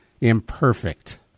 Imperfect